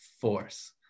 force